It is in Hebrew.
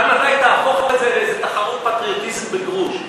עד מתי תהפוך את זה לאיזה תחרות פטריוטיזם בגרוש?